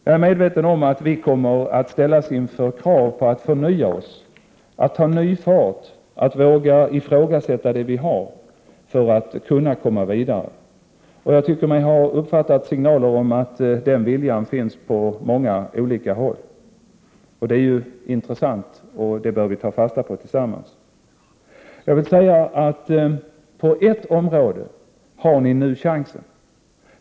Jag är medveten om att vi kommer att ställas inför krav på att förnya oss, att ta ny fart, att våga ifrågasätta det vi har, för att komma vidare. Jag tycker mig ha uppfattat signaler om att den viljan finns på många håll. Det är intressant, och det bör vi ta fasta på tillsammans. Jag vill säga att på ett område har ni nu chansen.